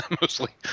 mostly